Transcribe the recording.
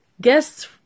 guests